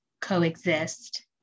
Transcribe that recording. coexist